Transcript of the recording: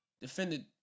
defended